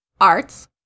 arts